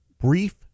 brief